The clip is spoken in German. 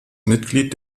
mitglied